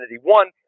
One